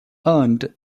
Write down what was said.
earned